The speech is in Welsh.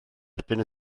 erbyn